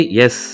yes